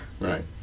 Right